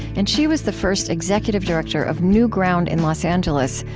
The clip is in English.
and she was the first executive director of newground in los angeles,